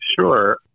Sure